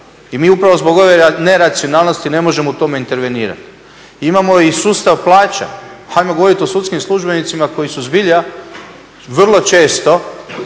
i mi upravo zbog ove neracionalnosti ne možemo u tome intervenirati. Imamo i sustav plaća, ajmo govoriti o sudskim službenicima koji su zbilja vrlo često,